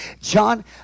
John